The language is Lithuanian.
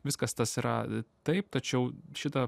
viskas tas yra taip tačiau šita